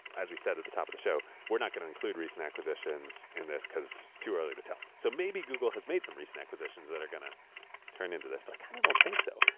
as we said at the top of the show, we're not going to include recent acquisitions in this because it's too early to tell. so maybe google has made some recent acquisitions that are going to turn into this, but i kind of don't think so.